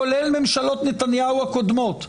כולל ממשלות נתניהו הקודמות.